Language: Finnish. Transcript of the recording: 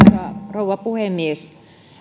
rouva puhemies